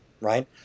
right